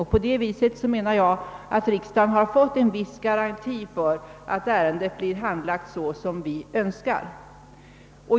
På det viset har riksdagen enligt min mening fått en viss garanti för att ärendet blir handlagt så som vi önskar.